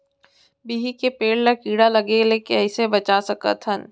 बिही के पेड़ ला कीड़ा लगे ले कइसे बचा सकथन?